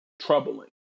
troubling